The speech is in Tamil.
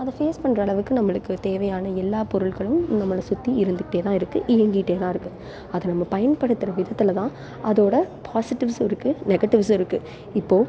அதை ஃபேஸ் பண்ணுற அளவுக்கு நம்மளுக்குத் தேவையான எல்லா பொருட்களும் நம்மளை சுற்றி இருந்துக்கிட்டே தான் இருக்குது இயங்கிக்கிட்டே தான் இருக்குது அது நம்ம பயன்படுத்துகிற விதத்தில் தான் அதோடய பாஸிட்டிவ்ஸும் இருக்குது நெகட்டிவ்ஸும் இருக்குது இப்போது